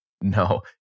No